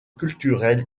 culturel